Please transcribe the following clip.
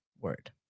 Word